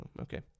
okay